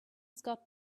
scott